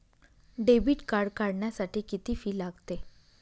Debit card काढण्यासाठी किती fee लागते?